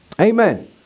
Amen